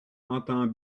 entend